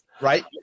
right